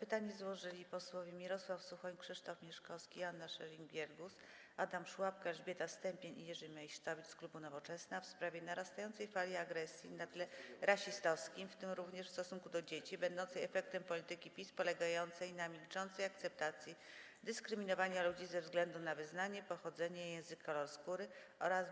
Pytanie złożyli posłowie: Mirosław Suchoń, Krzysztof Mieszkowski, Joanna Scheuring-Wielgus, Adam Szłapka, Elżbieta Stępień i Jerzy Meysztowicz z klubu Nowoczesna w sprawie narastającej fali agresji na tle rasistowskim, w tym również w stosunku do dzieci, będącej efektem polityki PiS polegającej na milczącej akceptacji dyskryminowania ludzi ze względu na wyznanie, pochodzenie, język, kolor skóry oraz